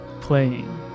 playing